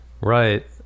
Right